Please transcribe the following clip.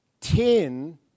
Ten